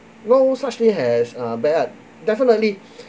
no such thing as uh bad art definitely